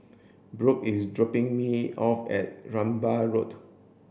Brook is dropping me off at Rambai Road